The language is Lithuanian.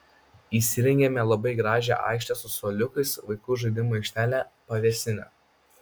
įsirengėme labai gražią aikštę su suoliukais vaikų žaidimų aikštele pavėsine